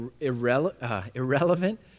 irrelevant